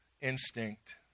instinct